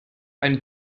eine